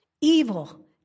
Evil